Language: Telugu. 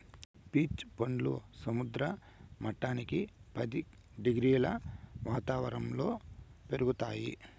పీచ్ పండ్లు సముద్ర మట్టానికి పది డిగ్రీల వాతావరణంలో పెరుగుతాయి